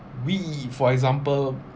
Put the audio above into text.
we for example